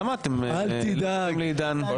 למה אתם לא נותנים לעידן?